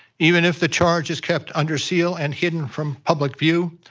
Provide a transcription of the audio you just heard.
even if the charge is kept under seal and hidden from public view,